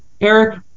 Eric